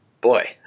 Boy